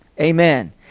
amen